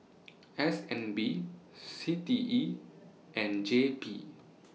S N B C T E and J P